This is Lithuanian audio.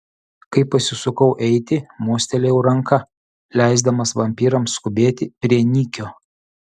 kai pasisukau eiti mostelėjau ranka leisdamas vampyrams skubėti prie nikio